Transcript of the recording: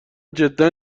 جدا